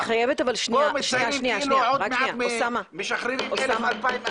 פה מציירים כאילו עוד מעט משחררים 2,000-1,000 אנשים.